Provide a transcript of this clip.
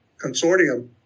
Consortium